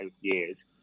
years